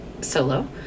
solo